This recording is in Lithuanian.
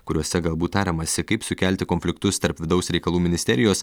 kuriuose galbūt tariamasi kaip sukelti konfliktus tarp vidaus reikalų ministerijos